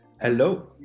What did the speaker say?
Hello